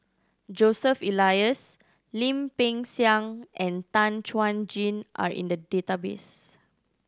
Joseph Elias Lim Peng Siang and Tan Chuan Jin are in the database